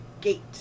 gate